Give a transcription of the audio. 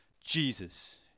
Jesus